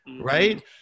right